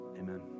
Amen